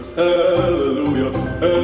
hallelujah